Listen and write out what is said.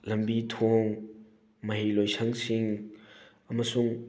ꯂꯝꯕꯤ ꯊꯣꯡ ꯃꯍꯩ ꯂꯣꯏꯁꯪꯁꯤꯡ ꯑꯃꯁꯨꯡ